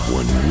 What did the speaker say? one